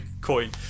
coin